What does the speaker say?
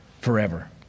forever